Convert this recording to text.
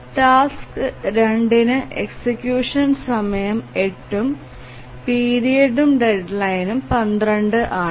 task 2 ന് execution സമയം 8 ഉം പീരിയഡ്ഉം ഡെഡ്ലൈനും 12 ആണ്